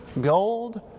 gold